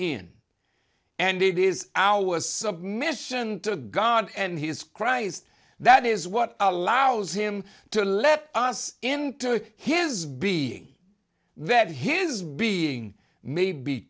in and it is our submission to god and his christ that is what allows him to let us into his being that his being may be